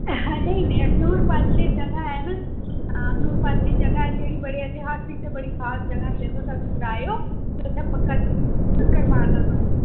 हांऽ हां जी हां जी ओह् बहुत सुंदर मंदर ऐ द्वापर युग दा साढ़ा आप शंभू मंदर ऐ शिवजी भगवान दा हां जी हां जी हां